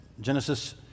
Genesis